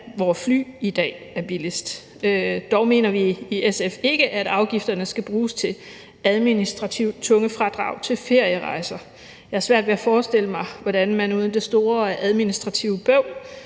hvor fly i dag er billigst. Dog mener vi i SF ikke, at afgifterne skal bruges til administrativt tunge fradrag til ferierejser. Jeg har svært ved at forestille mig, hvordan man uden det store administrative bøvl